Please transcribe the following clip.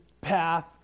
path